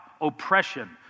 oppression